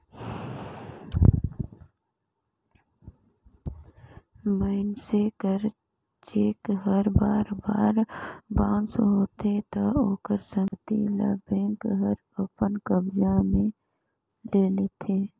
मइनसे कर चेक हर बार बार बाउंस होथे ता ओकर संपत्ति ल बेंक हर अपन कब्जा में ले लेथे